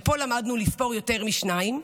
ופה למדנו לספור יותר משניים,